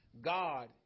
God